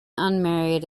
unmarried